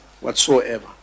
whatsoever